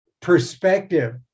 perspective